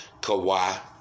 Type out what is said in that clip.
Kawhi